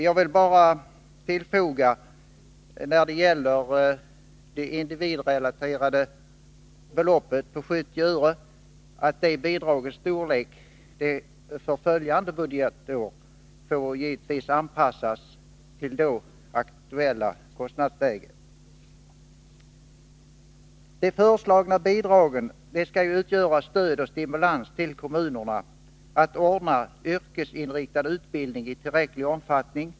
Jag vill bara tillfoga att storleken på det individrelaterade beloppet, som föreslås bli 70 öre, för följande budgetår givetvis får anpassas till det då aktuella kostnadsläget. De föreslagna bidragen skall utgöra stöd och stimulans för kommunerna att ordna yrkesinriktad utbildning i tillräcklig omfattning.